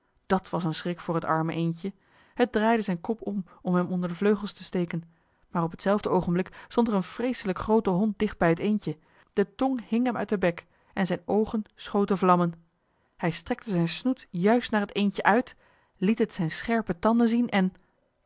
dat was een schrik voor het arme eendje het draaide zijn kop om om hem onder de vleugels te steken maar op hetzelfde oogenblik stond er een vreeselijk groote hond dicht bij het eendje de tong hing hem uit den bek en zijn oogen schoten vlammen hij strekte zijn snoet juist naar het eendje uit liet het zijn scherpe landen zien en